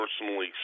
personally